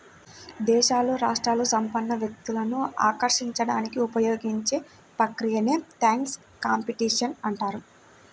దేశాలు, రాష్ట్రాలు సంపన్న వ్యక్తులను ఆకర్షించడానికి ఉపయోగించే ప్రక్రియనే ట్యాక్స్ కాంపిటీషన్ అంటారు